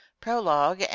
prologue